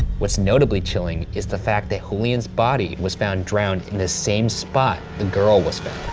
what's notably chilling is the fact that julian's body was found drowned in the same spot the girl was found.